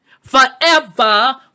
forever